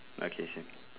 okay same